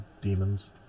demons